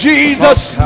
Jesus